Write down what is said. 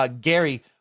Gary